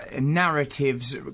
narratives